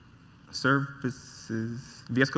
services. vs